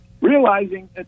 realizing